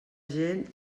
gent